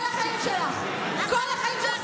כל החיים שלך, כל החיים שלך.